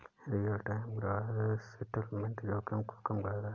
real time gross settlement जोखिम को कम करता है